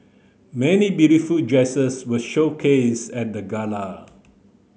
many beautiful dresses were showcased at the gala